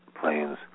planes